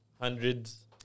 hundreds